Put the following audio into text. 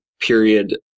period